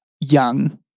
young